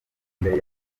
mbere